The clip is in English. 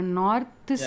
north